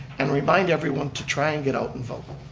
and remind everyone to try and get out and vote.